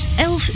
11